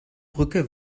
brücke